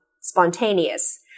spontaneous